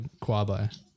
Quabai